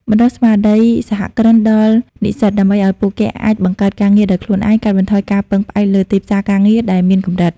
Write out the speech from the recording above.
បណ្តុះស្មារតីសហគ្រិនដល់និស្សិត ដើម្បីឱ្យពួកគេអាចបង្កើតការងារដោយខ្លួនឯង កាត់បន្ថយការពឹងផ្អែកលើទីផ្សារការងារដែលមានកម្រិត។